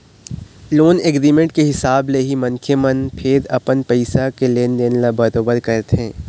loan agreement के हिसाब ले ही मनखे मन फेर अपन पइसा के लेन देन ल बरोबर करथे